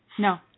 No